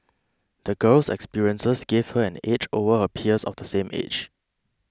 the girl's experiences gave her an edge over her peers of the same age